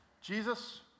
Jesus